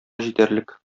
җитәрлек